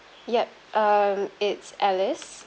yup um it's alice